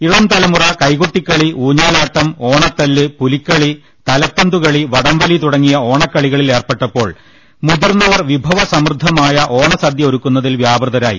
ഇളംതലമുറ കൈകൊട്ടിക്കളി ഊഞ്ഞാലാട്ടം ഓണത്തല്ല് പുലിക്കളി തലപ്പന്തുകളി വടംവലി തുടങ്ങിയ ഓണക്കളിക ളിലേർപ്പെട്ടപ്പോൾ മുതിർന്നവർ വിഭവസമൃദ്ധമായ ഓണസദ്യ ഒരുക്കുന്നതിൽ വ്യാപൃതരായി